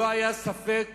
לא היה ספק